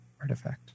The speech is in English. artifact